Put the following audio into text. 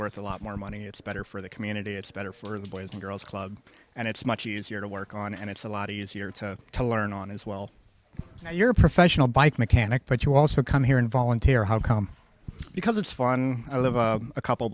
worth a lot more money it's better for the community it's better for the boys and girls club and it's much easier to work on and it's a lot easier to learn on as well you're a professional bike mechanic but you also come here and volunteer how come because it's fun i live a couple